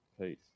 peace